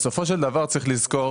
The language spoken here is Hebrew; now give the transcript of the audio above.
ברוב המקרים,